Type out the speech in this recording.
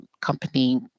company